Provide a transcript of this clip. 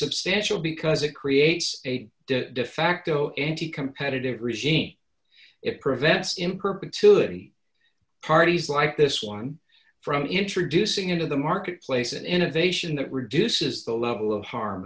substantial because it creates a defacto anti competitive regime it prevents in perpetuity parties like this one from introducing into the marketplace an innovation that reduces the level of harm